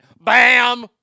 Bam